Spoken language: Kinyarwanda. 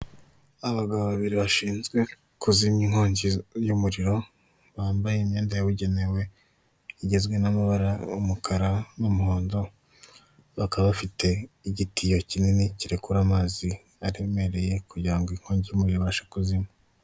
Abagabo babiri bashinzwe kuzimya inkongi y'umuriro, bambaye imyenda yabugenewe igizwe n'amabara umukara n'umuhondo. Bakaba bafite igitiyo kinini kirekura amazi aremereye kugira ngo inkongi y'umuriro ibashe kuzima.